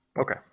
Okay